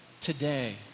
today